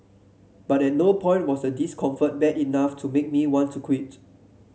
but at no point was the discomfort bad enough to make me want to quit